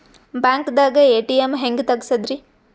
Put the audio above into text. ಬ್ಯಾಂಕ್ದಾಗ ಎ.ಟಿ.ಎಂ ಹೆಂಗ್ ತಗಸದ್ರಿ?